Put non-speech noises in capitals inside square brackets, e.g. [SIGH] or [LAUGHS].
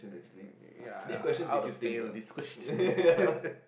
uh yeah I would've failed this question [LAUGHS]